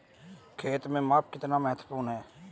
खेत में माप कितना महत्वपूर्ण है?